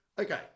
Okay